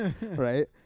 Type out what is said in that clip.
Right